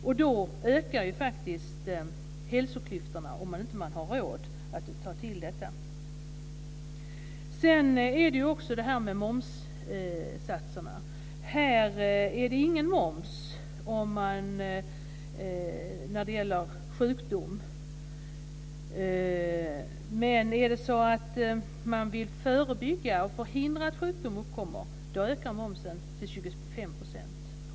Om man inte har råd att utnyttja denna möjlighet ökar faktiskt hälsoklyftorna. Jag vill också peka på momssatserna. Ingen moms tas ut vid behandling av sjukdom, men när det gäller att förebygga och förhindra att sjukdom uppkommer uttas en moms om 25 %.